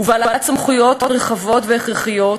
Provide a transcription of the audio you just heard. ובעלת סמכויות רחבות והכרחיות,